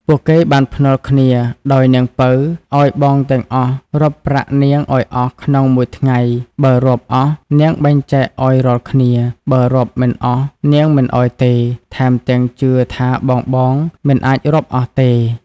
ពួកគេបានភ្នាល់គ្នាដោយនាងពៅឲ្យបងទាំងអស់រាប់ប្រាក់នាងឲ្យអស់ក្នុងមួយថ្ងៃបើរាប់អស់នាងបែងចែកឲ្យរាល់គ្នា បើរាប់មិនអស់នាងមិនឲ្យទេថែមទាំងជឿថាបងៗមិនអាចរាប់អស់ទេ។